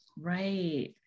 right